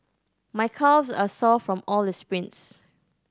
my calves are sore from all the sprints